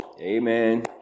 Amen